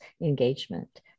engagement